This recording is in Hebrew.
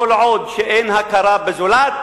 כל עוד אין הכרה בזולת,